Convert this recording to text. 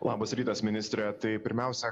labas rytas ministre tai pirmiausia